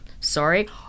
sorry